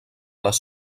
les